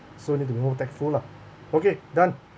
so need to be more tactful lah okay done